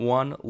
one